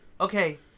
okay